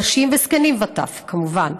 נשים, וזקנים וטף, כמובן.